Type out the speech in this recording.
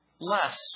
less